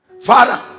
Father